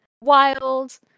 wild